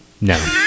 No